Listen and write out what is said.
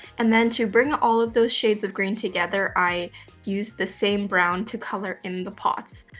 and then to bring all of those shades of green together, i used the same brown to color in the pots.